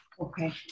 Okay